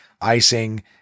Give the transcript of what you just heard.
icing